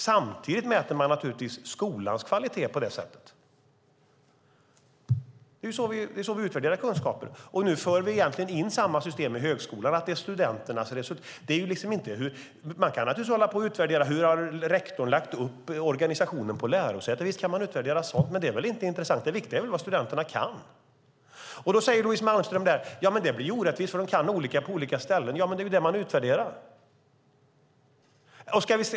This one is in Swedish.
Samtidigt mäter man på det sättet naturligtvis skolans kvalitet. Det är så vi utvärderar kunskaper. Nu för vi egentligen in samma system i högskolan. Man kan naturligtvis hålla på att utvärdera hur rektorn har lagt upp organisationen på ett lärosäte. Visst kan man utvärdera sådant. Men det är väl inte intressant. Det viktiga är väl vad studenterna kan? Då säger Louise Malmström att det blir orättvist eftersom de kan olika på olika ställen. Ja, det är ju det man utvärderar!